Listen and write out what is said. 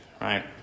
right